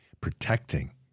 protecting